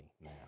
now